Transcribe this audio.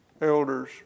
elders